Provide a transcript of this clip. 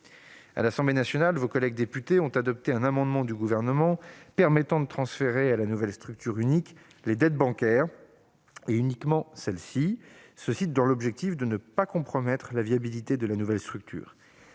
À l'Assemblée nationale, vos collègues députés ont adopté un amendement du Gouvernement tendant à transférer à la nouvelle structure unique les dettes bancaires, et uniquement celles-ci, afin de ne pas compromettre la viabilité de la nouvelle structure.